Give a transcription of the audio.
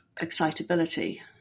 excitability